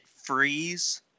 freeze